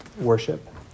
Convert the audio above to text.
worship